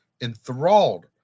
Enthralled